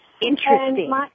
Interesting